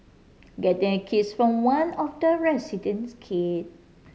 getting a kiss from one of the resident's kid